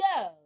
go